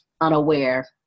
unaware